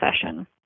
session